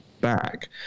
back